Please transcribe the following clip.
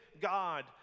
God